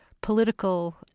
political